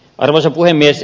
arvoisa puhemies